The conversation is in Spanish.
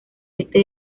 este